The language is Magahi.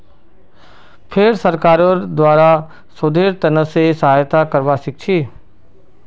फेर सरकारेर द्वारे शोधेर त न से सहायता करवा सीखछी